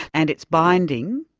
and it's binding?